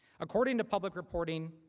according to public reporting,